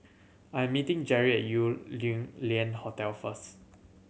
I am meeting Jerri at Yew Lian Hotel first